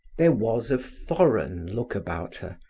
there was a foreign look about her,